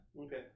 Okay